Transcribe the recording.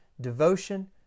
devotion